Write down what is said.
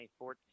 2014